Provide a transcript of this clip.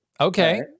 Okay